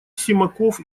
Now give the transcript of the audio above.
симаков